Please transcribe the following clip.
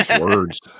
Words